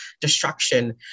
destruction